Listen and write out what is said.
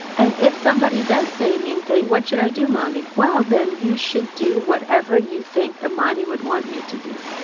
and if somebody does say a mean thing, what should i do, mommy? well, then you should do whatever you think imani would want you to do.